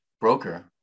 broker